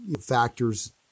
factors